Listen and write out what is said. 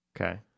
Okay